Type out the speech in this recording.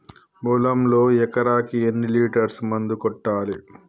పొలంలో ఎకరాకి ఎన్ని లీటర్స్ మందు కొట్టాలి?